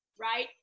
Right